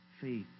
faith